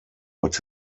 but